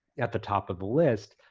at the top of the list,